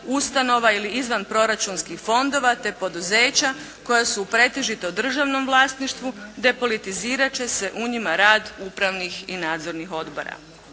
ustanova ili izvanproračunskih fondova te poduzeća koja su u pretežito državnom vlasništvu, depolitizirat će se u njima rad upravnih i nadzornih odbora.